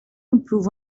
improve